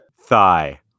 Thigh